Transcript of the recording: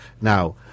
Now